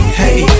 hey